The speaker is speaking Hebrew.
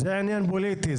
זה עניין פוליטי,